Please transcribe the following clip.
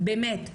באמת,